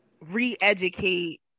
re-educate